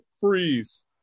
freeze